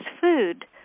food